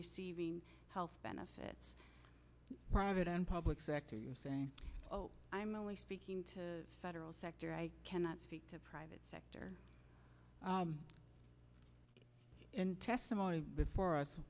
receiving health benefits private and public sector you're saying oh i'm only speaking to federal sector i cannot speak to private sector in testimony before us